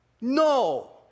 No